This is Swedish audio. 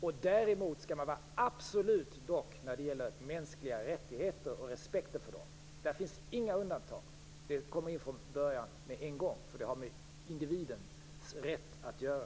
Och däremot skall man vara absolut fast när det gäller mänskliga rättigheter och respekten för dem. Där finns inga undantag, och det kommer med på en gång från början. Det har nämligen med individens rätt att göra.